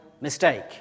mistake